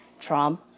Trump